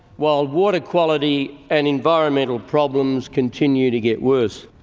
while water quality and environmental problems continue to get worse.